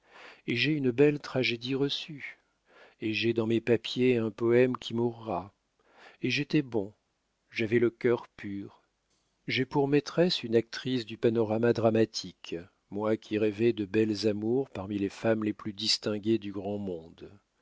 et j'ai une belle tragédie reçue et j'ai dans mes papiers un poème qui mourra et j'étais bon j'avais le cœur pur j'ai pour maîtresse une actrice du panorama dramatique moi qui rêvais de belles amours parmi les femmes les plus distinguées du grand monde